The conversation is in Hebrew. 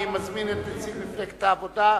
אני מזמין את נציג מפלגת העבודה,